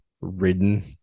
ridden